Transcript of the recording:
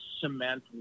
cement